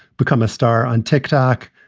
become a star on tick-tock,